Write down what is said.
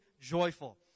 joyful